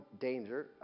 danger